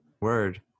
Word